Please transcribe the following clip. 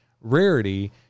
rarity